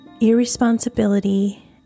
Irresponsibility